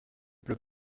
pleut